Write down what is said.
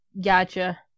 Gotcha